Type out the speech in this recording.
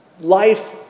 life